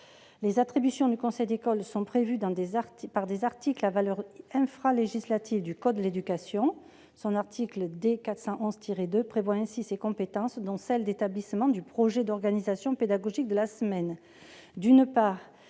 Les attributions du conseil d'école sont prévues dans des articles à valeur infralégislative du code de l'éducation. L'article D. 411-2 définit ainsi ses compétences, dont l'établissement du projet d'organisation pédagogique de la semaine